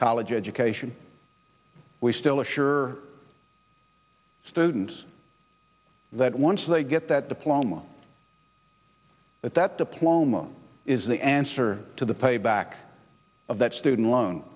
college education we still assure students that once they get that diploma that diploma is the answer to the payback of that student loan